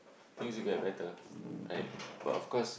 things will get better like but of course